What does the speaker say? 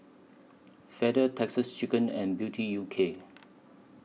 Feather Texas Chicken and Beauty U K